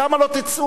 למה לא תצאו?